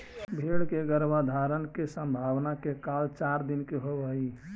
भेंड़ के गर्भाधान के संभावना के काल चार दिन के होवऽ हइ